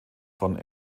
von